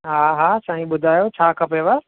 हा हा साईं ॿुधायो छा खपेव